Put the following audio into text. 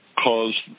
Cause